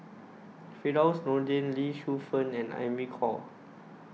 Firdaus Nordin Lee Shu Fen and Amy Khor